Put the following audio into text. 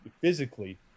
physically